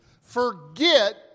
forget